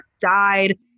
died